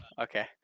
okay